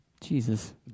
Jesus